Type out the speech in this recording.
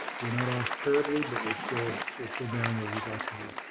we're not off terribly, but we're still we're still down where we'd like to be.